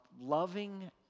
loving